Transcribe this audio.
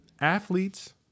athletes